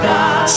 God